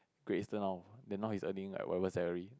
Great Eastern now then now he's earning whatever salary